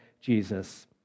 Jesus